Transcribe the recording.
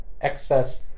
excess